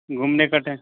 गुमने का टाइम